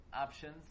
options